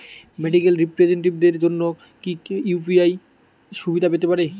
Medical রিপ্রেজন্টেটিভদের জন্য কি ইউ.পি.আই সুবিধা পেতে পারে?